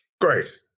Great